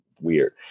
weird